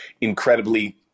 incredibly